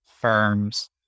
firms